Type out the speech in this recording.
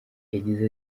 yagize